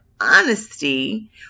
honesty